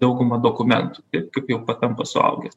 daugumą dokumentų taip kaip jau patampa suaugęs